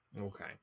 Okay